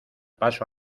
paso